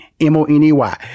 M-O-N-E-Y